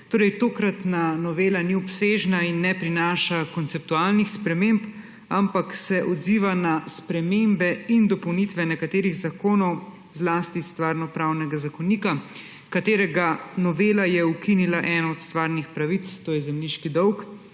Tokratna novela ni obsežna in ne prinaša konceptualnih sprememb, ampak se odziva na spremembe in dopolnitve nekaterih zakonov, zlasti iz Stvarnopravnega zakonika, katerega novela je ukinila eno od stvarnih pravic, to je zemljiški dolg,